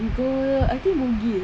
we go I think bugis